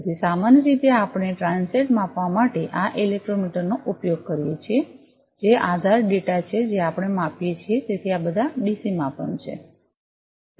તેથી સામાન્ય રીતે આપણે ટ્રાન્સિએંટ માપવા માટે આ ઇલેક્ટ્રોમીટર નો ઉપયોગ કરીએ છીએ જે આધાર ડેટા છે જે આપણે માપીએ છીએ તેથી આ બધા ડીસી માપન છે